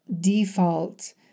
default